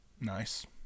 Nice